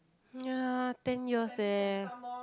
ya ten years eh